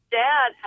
dad